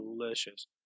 delicious